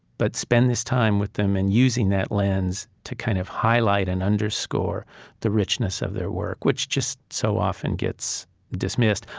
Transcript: but spend this time with them, and using thats lens to kind of highlight and underscore the richness of their work, which just so often gets dismissed.